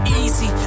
easy